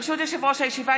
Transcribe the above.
ברשות יושב-ראש הישיבה,